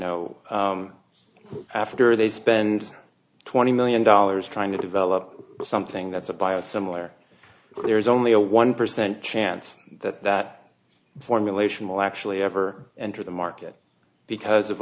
know after they spend twenty million dollars trying to develop something that's a bio similar but there's only a one percent chance that that formulation will actually ever enter the market because of